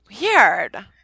Weird